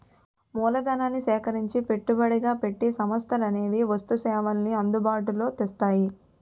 మూలధనాన్ని సేకరించి పెట్టుబడిగా పెట్టి సంస్థలనేవి వస్తు సేవల్ని అందుబాటులో తెస్తాయి